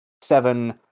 seven